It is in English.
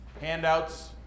handouts